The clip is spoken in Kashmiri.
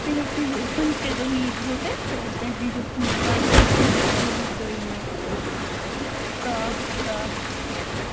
تُہۍ ہٮ۪کِو کُنہِ تہِ دۄہ یی زیٚو تُہۍ تہٕ تُہۍ دِی زیٚو ژوٗنٛٹھۍ باغَس نظر تہٕ بیٚیہِ وُچھ زیٚو یِمٕے صاف صاف